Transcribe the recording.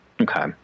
Okay